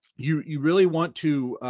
you you really want to